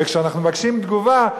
וכשאנחנו מבקשים תגובה,